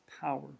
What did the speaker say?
power